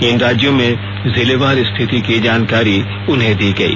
इन राज्यों में जिलेवार स्थिति की जानकारी उन्हें दी गई